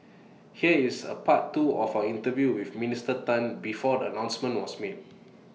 here is A part two of our interview with Minister Tan before the announcement was made